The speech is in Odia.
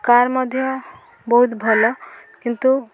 କାର୍ ମଧ୍ୟ ବହୁତ ଭଲ କିନ୍ତୁ